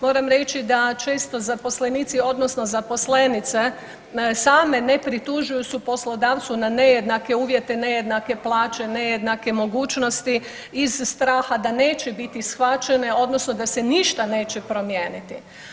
Moram reći da često zaposlenici, odnosno zaposlenice same ne pritužuju poslodavcu na nejednake uvjete, nejednake plaće, nejednake mogućnosti iz straha da neće biti shvaćene, odnosno da se ništa neće promijeniti.